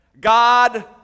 God